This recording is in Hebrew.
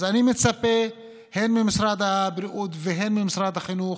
אז אני מצפה הן ממשרד הבריאות והן ממשרד החינוך